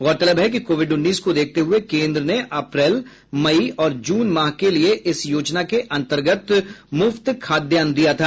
गौरतलब है कि कोविड उन्नीस को देखते हुए कोन्द्र ने अप्रैल मई और जून माह के लिए इस योजना के अंतर्गत मुफ्त खाद्यान्न दिया था